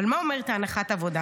אבל מה אומרת הנחת העבודה?